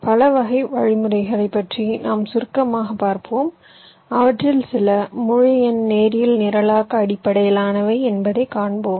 எனவே பல வகை வழிமுறைகளைப் பற்றி நாம் சுருக்கமாகப் பார்ப்போம் அவற்றில் சில முழு எண் நேரியல் நிரலாக்க அடிப்படையிலானவை என்பதைக் காண்போம்